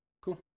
Cool